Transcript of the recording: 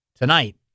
tonight